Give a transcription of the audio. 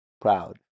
proud